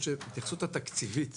התייחסות תקציבית.